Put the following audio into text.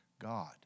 God